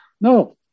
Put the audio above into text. No